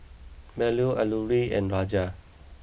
Bellur Alluri and Raja